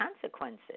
consequences